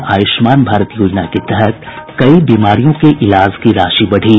और आयुष्मान भारत योजना के तहत कई बीमारियों के इलाज की राशि बढ़ी